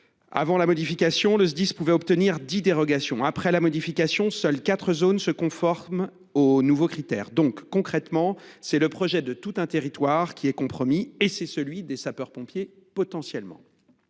Avant la modification, le Sdis pouvait obtenir dix dérogations. Après la modification, seules quatre zones se conforment aux nouveaux critères. Concrètement, c’est le projet de tout un territoire, et potentiellement celui des sapeurs pompiers, qui est